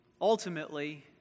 Ultimately